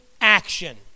action